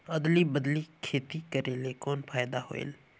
अदली बदली खेती करेले कौन फायदा होयल?